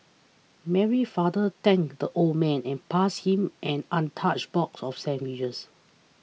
Mary's father thanked the old man and passed him an untouched box of sandwiches